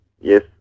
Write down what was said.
yes